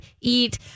eat